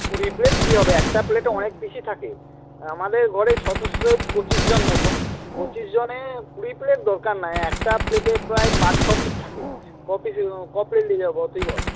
কুড়ি প্লেট কী হবে একটা প্লেটে অনেক বেশি থাকে আমাদের ঘরে সদস্য পঁচিশজন মতো পঁচিশজনে কুড়ি প্লেট দরকার নাই একটা প্লেটে প্রায় পাঁচ ছ পিস থাকে ক পিস ক প্লেট নিয়ে যাব তুই বল